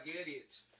idiots